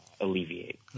alleviate